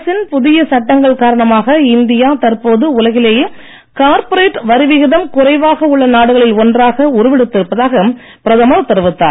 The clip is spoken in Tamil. அரசின் புதிய சட்டங்கள் காரணமாக இந்தியா தற்போது உலகிலேயே கார்பொரேட் வரிவிகிதம் குறைவாக உள்ள நாடுகளில் ஒன்றாக உருவெடுத்து இருப்பதாக பிரதமர் தெரிவித்தார்